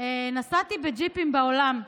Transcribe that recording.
נסעתי בג'יפים בעולם,